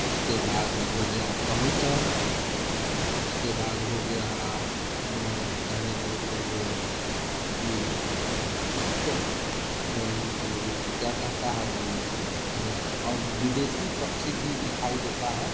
उसके बाद हो गया कबूतर उसके बाद हो गया कहने का मतलब ये हो इ उसको क्या कहता है और विदेशी पक्षी भी दिखाई देता है